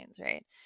Right